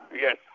yes